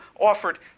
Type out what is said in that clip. offered